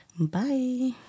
Bye